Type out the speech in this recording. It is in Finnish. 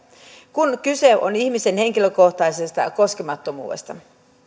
kun kyse on ihmisen henkilökohtaisesta koskemattomuudesta